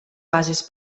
bases